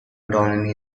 autonomy